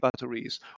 batteries